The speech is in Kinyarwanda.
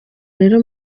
rero